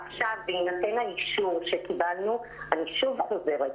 אני שוב חוזרת,